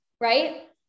right